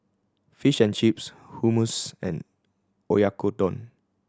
Fish and Chips Hummus and Oyakodon